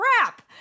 crap